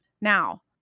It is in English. Now